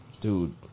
dude